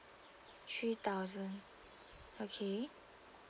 three thousand okay